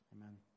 Amen